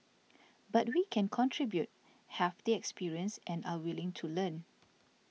but we can contribute have the experience and are willing to learn